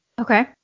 Okay